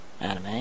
anime